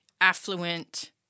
affluent